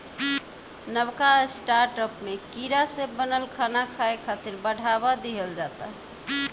नवका स्टार्टअप में कीड़ा से बनल खाना खाए खातिर बढ़ावा दिहल जाता